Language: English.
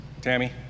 Tammy